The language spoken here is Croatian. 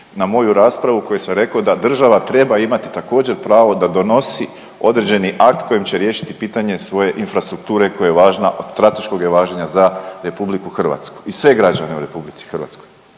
na moju raspravu koju sam rekao da država treba imati također pravo da donosi određeni akt kojim će riješiti pitanje svoje infrastrukture koja je važna od strateškog je važenja za RH i sve građane u RH. Ako